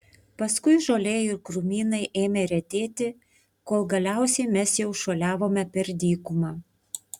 paskui žolė ir krūmynai ėmė retėti kol galiausiai mes jau šuoliavome per dykumą